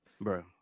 bro